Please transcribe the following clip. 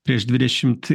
prieš dvidešimt